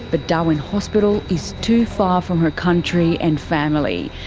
but darwin hospital is too far from her country and family.